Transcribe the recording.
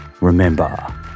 remember